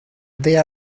there